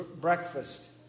breakfast